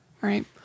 right